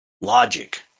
logic